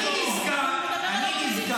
אמרת שזה על הזמן שלו.